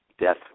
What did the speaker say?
death